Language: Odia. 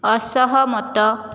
ଅସହମତ